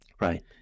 Right